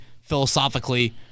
philosophically